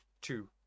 two